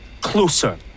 closer